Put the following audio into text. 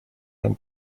нам